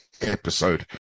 episode